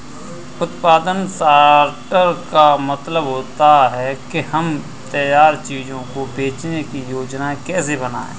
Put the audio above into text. उत्पादन सॉर्टर का मतलब होता है कि हम तैयार चीजों को बेचने की योजनाएं कैसे बनाएं